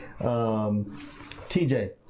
tj